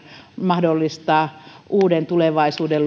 mahdollistaa uuden tulevaisuuden